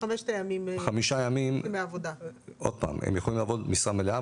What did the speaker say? הם יכולים לעבוד משרה מלאה,